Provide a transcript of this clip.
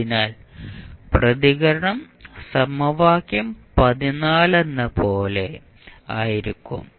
അതിനാൽ പ്രതികരണം സമവാക്യം ലെന്നപോലെ ആയിരിക്കും